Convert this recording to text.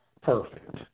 perfect